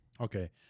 okay